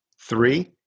Three